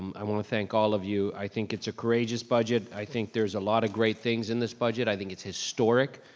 um i want to thank all of you. i think it's a courageous budget, i think there's a lot of great things in this budget, i think it's historic.